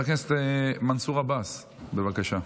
חבר הכנסת מנסור עבאס, בבקשה.